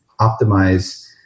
optimize